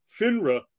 FINRA